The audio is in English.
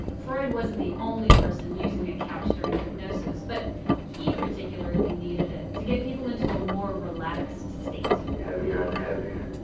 freud wasn't the only person using a couch during hypnosis, but he particularly needed it to get people into a more relaxed state heavier and heavier.